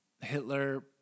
Hitler